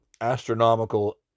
astronomical